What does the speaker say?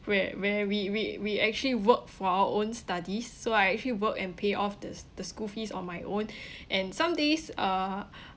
where where we we we actually worked for our own studies so I actually work and pay off the the school fees on my own and some days uh